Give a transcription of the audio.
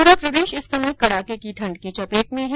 पूरा प्रदेश इस समय कड़ाके की ठण्ड की चपेट में है